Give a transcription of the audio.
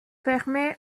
permet